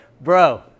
bro